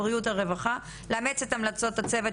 שר הבריאות ושר הרווחה: לאמץ את המלצות הצוות